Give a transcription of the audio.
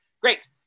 great